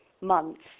months